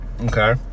Okay